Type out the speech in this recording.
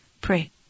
pray